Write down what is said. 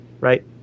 right